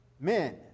Men